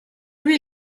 lui